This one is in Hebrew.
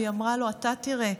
והיא אמרה לו: אתה תראה,